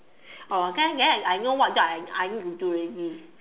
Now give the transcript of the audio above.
oh then then I know what job I I need to do already